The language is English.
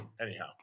anyhow